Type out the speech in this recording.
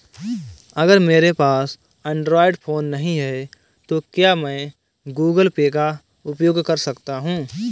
अगर मेरे पास एंड्रॉइड फोन नहीं है तो क्या मैं गूगल पे का उपयोग कर सकता हूं?